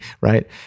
right